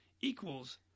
equals